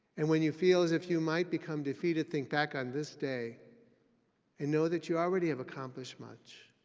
and when you feel as if you might become defeated, think back on this day and know that you already have accomplished much.